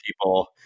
people